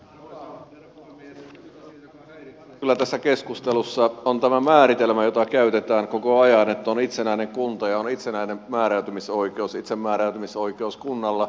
se mikä minua häiritsee tässä keskustelussa on tämä määritelmä jota käytetään koko ajan että on itsenäinen kunta ja on itsenäinen määräämisoikeus itsemääräämisoikeus kunnalla